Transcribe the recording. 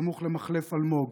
סמוך למחלף אלמוג.